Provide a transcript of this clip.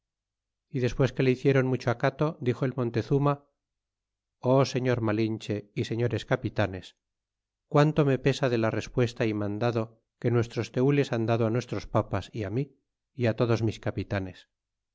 y despues que le hicwion mucho acato dixo el montezunqa señor malinche y señores capitanes guardo me pesa de la respuesta y mandado que nuestros tenles han dado á nuestros papas é mí é á todos mis capitanes